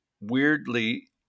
weirdly